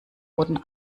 roten